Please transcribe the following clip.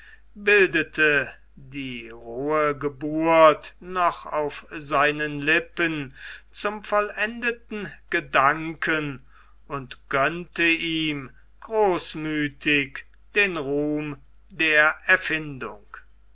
bildete die rohe geburt noch auf seinen lippen zum vollendeten gedanken und gönnte ihm großmüthig den ruhm der erfindung